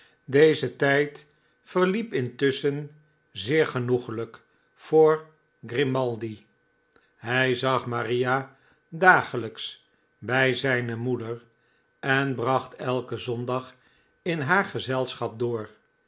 deze tijd verliep intusschen zeer genoeglijk voor grimaldi hij zag maria dagelijks bij zijne moeder en bracht elken zondag in haar gezelschap door